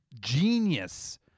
genius